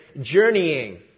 journeying